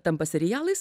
tampa serialais